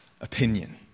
opinion